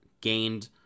gained